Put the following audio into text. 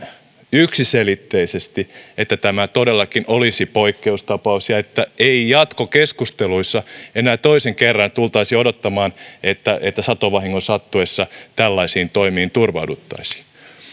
yksiselitteisesti että tämä todellakin olisi poikkeustapaus ja että ei jatkokeskusteluissa enää toisen kerran tultaisi odottamaan että että satovahingon sattuessa tällaisiin toimiin turvauduttaisiin